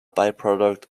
byproduct